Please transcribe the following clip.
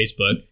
Facebook